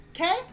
okay